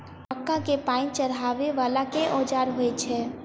मक्का केँ पांति चढ़ाबा वला केँ औजार होइ छैय?